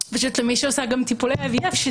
למי שעושה גם טיפולי IVF,